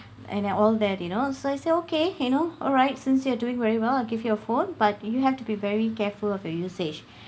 and and all that you know so I say okay you know alright since you are doing very well I'll give you a phone but you have to be very careful of the usage